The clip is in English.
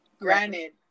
Granted